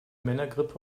männergrippe